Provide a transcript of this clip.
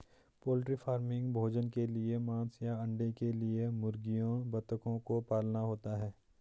poultry farming भोजन के लिए मांस या अंडे के लिए मुर्गियों बतखों को पालना होता है